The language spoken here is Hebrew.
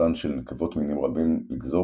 בתכונתן של נקבות מינים רבים לגזור